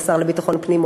השר לביטחון פנים,